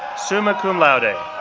summa cum laude. and